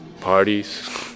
parties